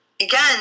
again